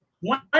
one